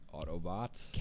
Autobots